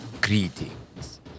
Greetings